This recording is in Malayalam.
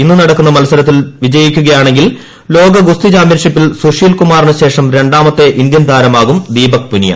ഇന്ന് നടക്കുന്ന മത്സരത്തിൽ ജയിക്കുകയാണെങ്കിൽ ലോക ഗുസ്തി ചാമ്പ്യൻഷിപ്പിൽ സുഷീൽ കുമാറിനുശേഷം രണ്ടാമത്തെ ഇന്ത്യൻ താരമാകും ദീപക് പുനിയ